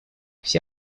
все